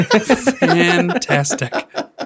Fantastic